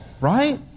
right